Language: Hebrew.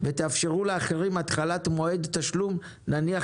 ותאפשרו לאחרים התחלת מועד תשלום נניח